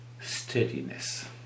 steadiness